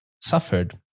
suffered